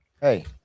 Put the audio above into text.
Hey